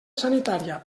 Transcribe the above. sanitària